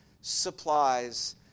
supplies